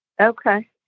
Okay